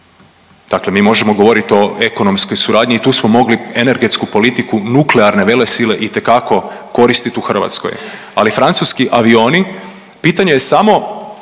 dakle mi možemo govoriti o ekonomskoj suradnji i tu smo mogli energetsku politiku nuklearne velesile itekako koristiti u Hrvatskoj, ali francuski avioni, pitanje je samo,